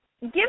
Give